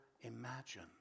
imagine